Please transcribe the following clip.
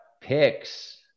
picks